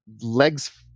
legs